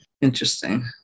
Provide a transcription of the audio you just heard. Interesting